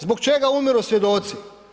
Zbog čega umiru svjedoci?